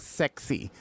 sexy